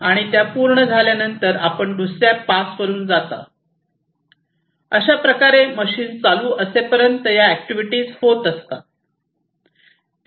आणि त्या पूर्ण झाल्यानंतर आपण दुसर्या पासवरुन जाता अशाप्रकारे मशीन चालू असेपर्यंत या ऍक्टिव्हिटीज होत असतात